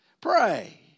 Pray